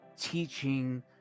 teaching